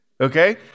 okay